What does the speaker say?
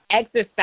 exercise